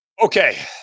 Okay